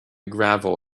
gravel